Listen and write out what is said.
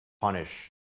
punish